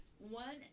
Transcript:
One